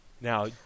now